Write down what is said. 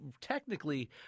technically